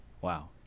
Wow